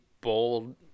bold